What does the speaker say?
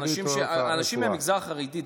אנשים מהמגזר החרדי,